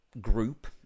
group